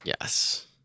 Yes